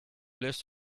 list